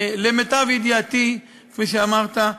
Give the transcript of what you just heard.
למיטב ידיעתי, כפי שאמרת,